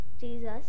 jesus